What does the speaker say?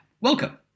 Welcome